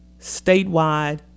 statewide